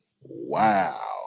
Wow